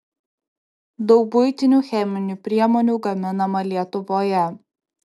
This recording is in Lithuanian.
daug buitinių cheminių priemonių gaminama lietuvoje